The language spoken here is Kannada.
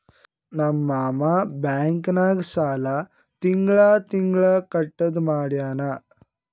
ನಮ್ ಮಾಮಾ ಬ್ಯಾಂಕ್ ನಾಗ್ ಸಾಲ ತಿಂಗಳಾ ತಿಂಗಳಾ ಕಟ್ಟದು ಮಾಡ್ಯಾನ್